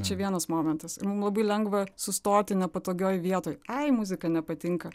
čia vienas momentas ir mum labai lengva sustoti nepatogioj vietoj ai muzika nepatinka